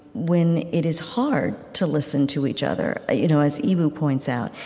when it is hard to listen to each other. you know as eboo points out,